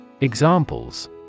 Examples